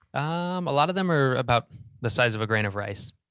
um a lot of them are about the size of a grain of rice.